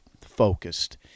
focused